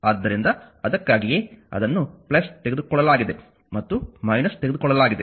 ಆದ್ದರಿಂದ ಅದಕ್ಕಾಗಿಯೇ ಅದನ್ನು ತೆಗೆದುಕೊಳ್ಳಲಾಗಿದೆ ಮತ್ತು ತೆಗೆದುಕೊಳ್ಳಲಾಗಿದೆ